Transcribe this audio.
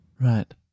right